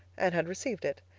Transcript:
and had received it.